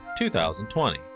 2020